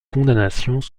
condamnations